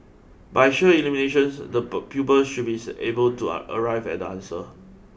by sheer elimination the pupils should be able to arrive at the answer